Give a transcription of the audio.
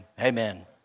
Amen